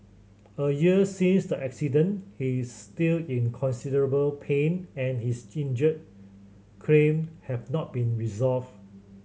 a year since the accident he is still in considerable pain and his injury claim has not been resolved